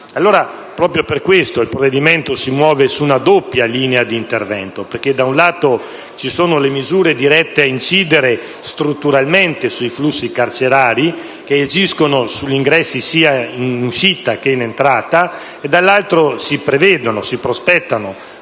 toccata. Proprio per questo il provvedimento si muove su una doppia linea di intervento: da un lato, ci sono le misure dirette a incidere strutturalmente sui flussi carcerari, che agiscono sugli ingressi sia in uscita che in entrata; dall'altro, si prospettano